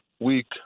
week